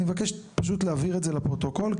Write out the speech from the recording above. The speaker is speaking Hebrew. אני מבקש להעביר את זה לפרוטוקול,